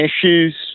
issues